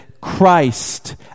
Christ